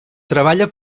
treballa